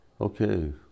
Okay